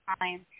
time